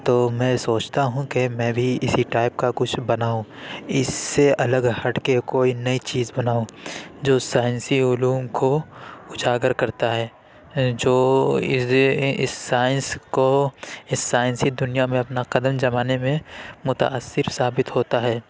تو میں سوچتا ہوں کہ میں بھی اسی ٹائپ کا کچھ بناؤں اس سے الگ ہٹ کے کوئی نئی چیز بناؤں جو سائنسی علوم کو اجاگر کرتا ہے جو اس سائنس کو اس سائنسی دنیا میں اپنا قدم جمانے میں متاثر ثابت ہوتا ہے